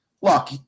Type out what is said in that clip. Look